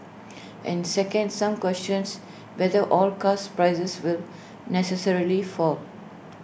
and second some questions whether all cars prices will necessarily fall